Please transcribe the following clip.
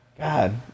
God